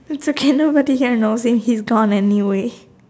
it's okay nobody here knows and he's gone anyway